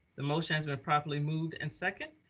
the motion has been properly moved and second,